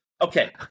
okay